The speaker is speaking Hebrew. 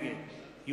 נגד כרמל שאמה,